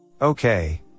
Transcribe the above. okay